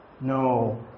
No